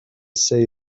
say